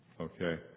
Okay